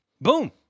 Boom